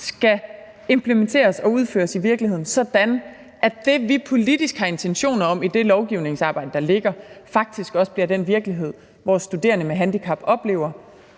skal implementeres og udføres i virkeligheden, sådan at det, som vi politisk har intentioner om i det lovgivningsarbejde, der ligger, også bliver den virkelighed, som vores studerende med handicap oplever,